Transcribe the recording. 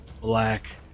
black